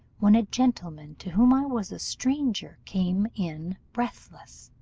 when a gentleman, to whom i was a stranger, came in breathless,